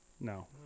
No